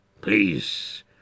Please